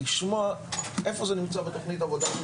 לשמוע איפה זה נמצא בתכנית העבודה של